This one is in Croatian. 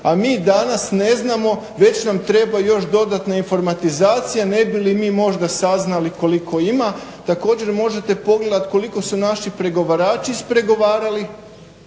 a mi danas ne znamo već nam treba još dodatna informatizacija ne bi li mi možda saznali koliko ima. Također, možete pogledati koliko su naši pregovarači ispregovarali